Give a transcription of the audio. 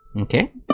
Okay